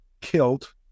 killed